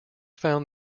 found